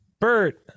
Bert